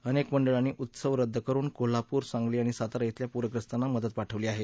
अनेक मंडळांनी उत्सव रद्द करून कोल्हापूर सांगली आणि सातारा ध्वेल्या पूरग्रस्तांना मदत पाठवली आहे